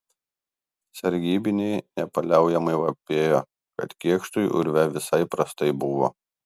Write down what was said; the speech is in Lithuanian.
sargybiniai nepaliaujamai vapėjo kad kėkštui urve visai prastai buvo